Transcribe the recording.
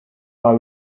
bar